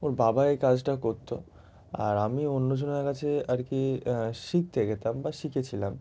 ওর বাবা এই কাজটা করত আর আমি অন্যজনের কাছে আর কি শিখতে যেতাম বা শিখেছিলাম